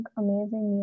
amazing